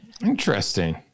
Interesting